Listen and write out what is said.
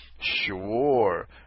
Sure